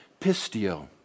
pistio